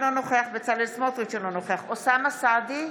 אינו נוכח בצלאל סמוטריץ' אינו נוכח אוסאמה סעדי,